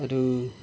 अरू